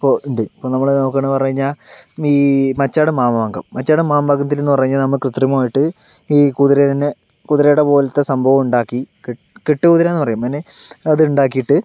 ഇപ്പോൾ ഉണ്ട് ഇപ്പോൾ നമ്മൾ നോക്കണതെന്ന് പറഞ്ഞുകഴിഞ്ഞാൽ ഈ മച്ചേഡ് മാമാങ്കം മച്ചേഡ് മാമാങ്കത്തിലെന്ന് പറഞ്ഞുകഴിഞ്ഞാൽ നമ്മൾ കൃത്രിമമായിട്ട് ഈ കുതിരേനെ കുതിരയുടെ പോലത്തെ സംഭവം ഉണ്ടാക്കി കെ കെട്ടുകുതിരയെന്ന് പറയും അതിന് അതുണ്ടാക്കിയിട്ട്